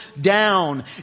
down